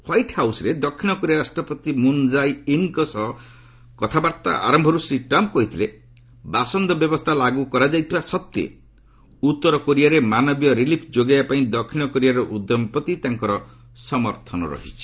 white ହାଉସ୍ରେ ଦକ୍ଷିଣ Korea ରାଷ୍ଟ୍ରପତି ମୁନ୍ ଜା ଇନ୍ଙ୍କ ସହ କଥାବାର୍ତ୍ତା ଆରମ୍ଭରୁ ଶ୍ରୀ ଟ୍ରମ୍ପ୍ କହିଥିଲେ ବାସନ୍ଦ ବ୍ୟବସ୍ଥା ଲାଗୁ କରାଯାଇଥିବା ସତ୍ତ୍ୱେ ଉତ୍ତର କୋରିଆରେ ମାନବିୟ ରିଲିଫ୍ ଯୋଗାଇବା ପାଇଁ ଦକ୍ଷିଣ କୋରିଆର ଉଦ୍ୟମ ପ୍ରତି ତାଙ୍କର ସମର୍ଥନ ରହିଛି